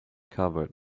covered